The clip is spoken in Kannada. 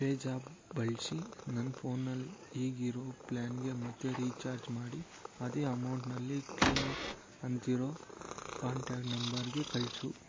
ಪೇಜ್ಯಾಪ್ ಬಳಸಿ ನನ್ನ ಫೋನ್ನಲ್ಲಿ ಈಗಿರೋ ಪ್ಲ್ಯಾನ್ಗೇ ಮತ್ತೆ ರೀಚಾರ್ಜ್ ಮಾಡಿ ಅದೇ ಅಮೌಂಟ್ನಲ್ಲಿ ಕ್ಲೀನರ್ ಅಂತಿರೋ ಕಾಂಟ್ಯಾಕ್ಟ್ ನಂಬರ್ಗೆ ಕಳಿಸು